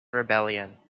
rebellion